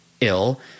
ill